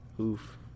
oof